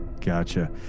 Gotcha